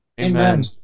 Amen